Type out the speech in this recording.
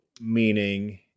meaning